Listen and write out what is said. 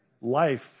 life